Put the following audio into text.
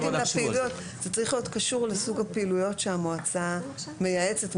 זה צריך להיות קשור לסוג הפעילויות שהמועצה מייעצת,